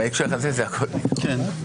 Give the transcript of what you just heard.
בוקר טוב.